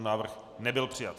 Návrh nebyl přijat.